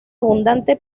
abundante